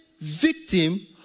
victim